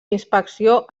inspecció